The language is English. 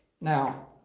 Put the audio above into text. Now